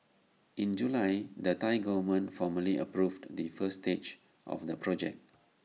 in July the Thai Government formally approved the first stage of the project